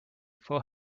for